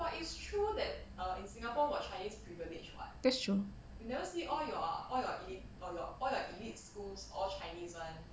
that's true